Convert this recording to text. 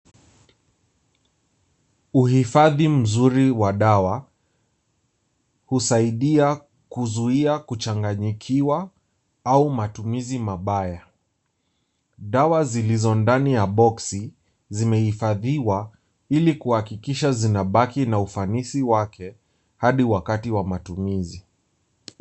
Uhifadhi mzuri wa dawa husaidia kuzuia kuchanganyikiwa au matumizi mabaya. Dawa zilizo ndani ya boksi zimehifadhiwa ili kuhakikisha zinabaki na ufanisi wake hadi wakati wa matumizi.